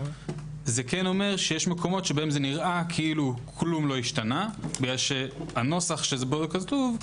זה כן אומר שיש מקומות שבהם נראה כאילו דבר לא השתנה כי הנוסח שבו כתוב,